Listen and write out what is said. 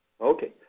Okay